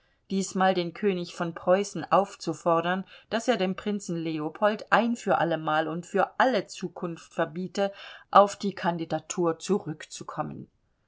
diesmal den könig von preußen aufzufordern daß er dem prinzen leopold ein für allemal und für alle zukunft verbiete auf die kandidatur zurückzukommen